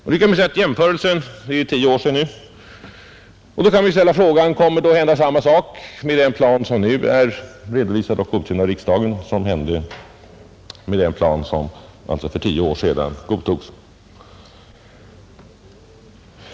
Eftersom det är nära tio år sedan kan vi göra en jämförelse och ställa frågan: Kommer samma sak att hända med den plan som nu är redovisad och godkänd av riksdagen som hände med den plan som godtogs för tio år sedan?